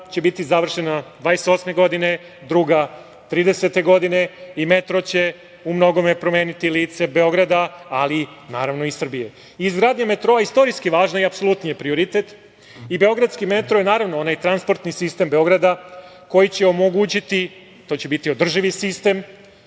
će biti završena 2028. godine, a druga 2030. godine. Metro će u mnogome promeniti lice Beograda, ali naravno i Srbije. Izgradnja metroa je istorijski važna i apsolutni je prioritet. Beogradski metro je, naravno, onaj transportni sistem Beograda koji će omogućiti, to će biti održivi sistem,